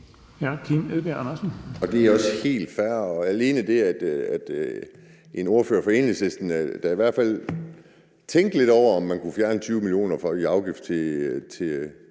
Det er også helt fair, og alene det, at en ordfører for Enhedslisten i hvert fald tænkte lidt over, om man kunne fjerne 20 mio. kr. i afgift til